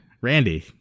randy